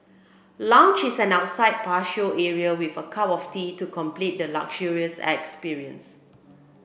lounge is an outside patio area with a cup of tea to complete the luxurious experiences